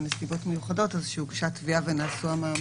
נסיבות מיוחדות אז שהוגשה תביעה ונעשו המאמצים.